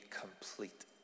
complete